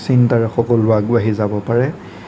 চিন্তাৰে সকলো আগবাঢ়ি যাব পাৰে